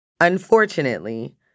Unfortunately